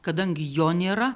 kadangi jo nėra